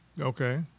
Okay